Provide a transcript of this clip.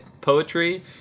poetry